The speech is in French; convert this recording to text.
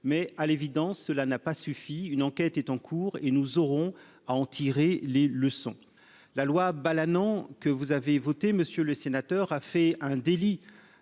À l'évidence, cela n'a pas suffi. Une enquête est en cours, et nous aurons à en tirer les leçons. La loi Balanant, que vous avez votée, a fait un délit